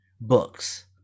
books